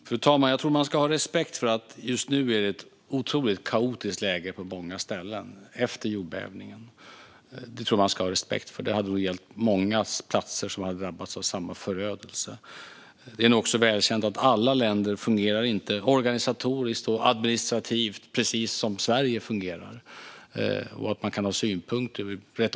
Fru talman! Jag tror att man ska ha respekt för att det just nu är ett otroligt kaotiskt läge på många ställen efter jordbävningen. Det tror jag att man ska ha respekt för; det hade nog gällt många platser som drabbats av samma förödelse. Det är nog också välkänt att alla länder inte fungerar precis som Sverige organisatoriskt och administrativt. Det kan man ha synpunkter på.